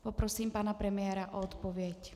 Poprosím pana premiéra o odpověď.